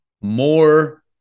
more